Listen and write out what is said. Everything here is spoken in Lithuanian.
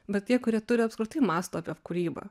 bet tie kurie turi apskritai mąsto apie kūrybą